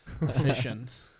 efficient